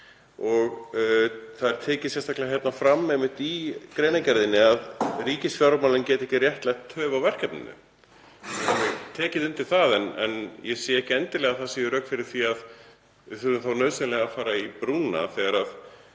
og það er tekið sérstaklega fram í greinargerðinni að ríkisfjármálin geti ekki réttlætt töf á verkefninu. Ég get tekið undir það en ég sé ekki endilega að það séu rök fyrir því að við þurfum þá nauðsynlega að fara í brúna þegar